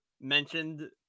mentioned